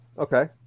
Okay